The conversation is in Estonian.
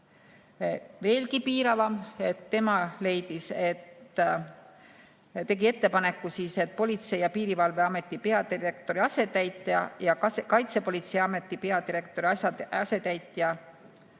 veelgi piiravam. Tema tegi ettepaneku, et Politsei- ja Piirivalveameti peadirektori asetäitja ja Kaitsepolitseiameti peadirektori asetäitja